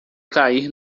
cair